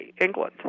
England